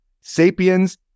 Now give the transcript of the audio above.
sapiens